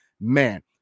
man